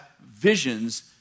visions